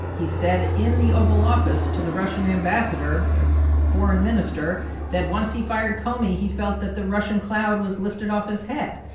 he said in the oval office to the russian ambassador their and foreign minister that once he fired comey, he felt that the russian cloud was lifted off his head.